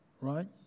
Right